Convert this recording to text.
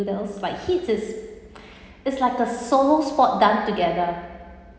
those like heat is it's like a solo sport done together